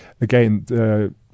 again